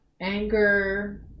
anger